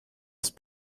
ist